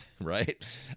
right